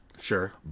Sure